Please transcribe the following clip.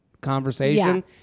conversation